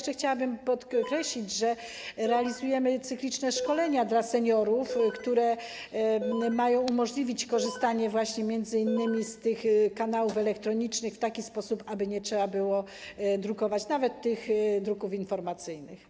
Chciałabym podkreślić, że realizujemy cykliczne szkolenia dla seniorów, które mają umożliwić korzystanie m.in. z tych kanałów elektronicznych w takim sposób aby nie trzeba było drukować nawet tych druków informacyjnych.